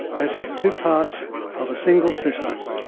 as if two parts of a single system,